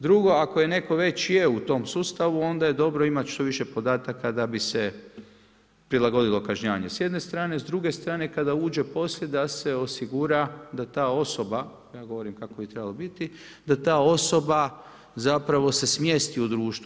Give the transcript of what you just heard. Drugo, ako netko već je u tom sustavu, onda je dobro imat što više podataka da bi se prilagodilo kažnjavanju s jedne strane, s druge strane kada uđe poslije da se osigura da ta osoba, ja govorim kako bi trebalo biti, da ta osoba se smjesti u društvu.